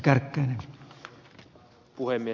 arvoisa puhemies